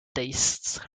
tastes